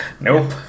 Nope